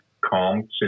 calm